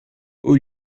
aux